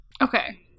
okay